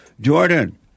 Jordan